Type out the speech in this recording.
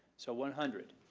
so one hundred.